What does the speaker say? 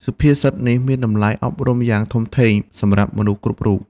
សុភាសិតនេះមានតម្លៃអប់រំយ៉ាងធំធេងសម្រាប់មនុស្សគ្រប់រូប។